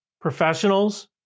professionals